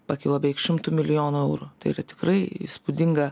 pakilo beveik šimtu milijonų eurų tai yra tikrai įspūdinga